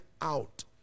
out